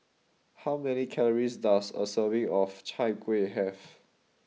how many calories does a serving of Chai Kueh have